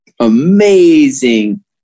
amazing